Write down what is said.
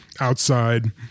outside